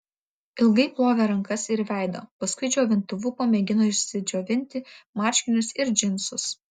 ilgai plovė rankas ir veidą paskui džiovintuvu pamėgino išsidžiovinti marškinius ir džinsus